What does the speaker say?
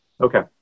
Okay